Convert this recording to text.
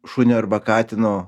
šunio arba katino